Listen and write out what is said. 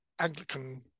Anglican